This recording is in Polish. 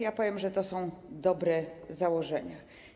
Ja powiem, że to są dobre założenia.